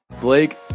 Blake